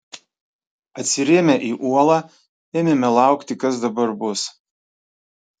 atsirėmę į uolą ėmėme laukti kas dabar bus